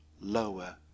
lower